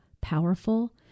powerful